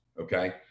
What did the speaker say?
okay